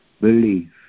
belief